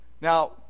Now